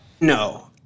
no